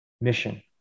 mission